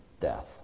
death